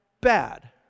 bad